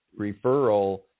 referral